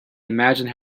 imagined